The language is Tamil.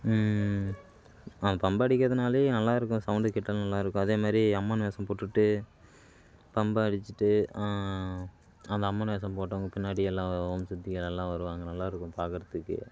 ஆ பம்பை அடிக்கிறதுனாலே நல்லா இருக்கும் சவுண்டு கேட்டால் நல்லா இருக்கும் அதே மாரி அம்மன் வேஷம் போட்டுட்டு பம்பை அடிச்சுட்டு அந்த அம்மன் வேஷம் போடுகிறவங்க பின்னாடி எல்லாம் ஓம் சக்தி எல்லாம் வருவாங்க நல்லா இருக்கும் பார்க்கறத்துக்கு